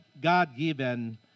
God-given